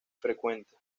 frecuente